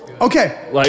Okay